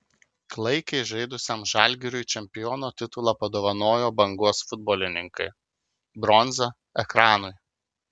klaikiai žaidusiam žalgiriui čempiono titulą padovanojo bangos futbolininkai bronza ekranui